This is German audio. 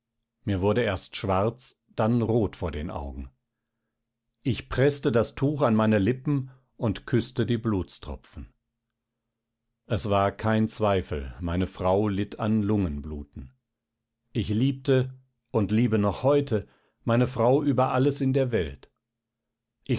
mir wurde erst schwarz dann rot vor den augen ich preßte das tuch an meine lippen und küßte die blutstropfen es war kein zweifel meine frau litt an lungenbluten ich liebte und liebe noch heute meine frau über alles in der welt